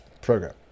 program